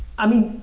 i mean,